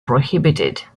prohibited